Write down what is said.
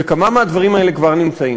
וכמה מהדברים האלה כבר נמצאים,